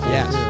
Yes